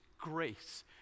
grace